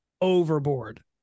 overboard